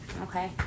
okay